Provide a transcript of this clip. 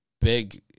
Big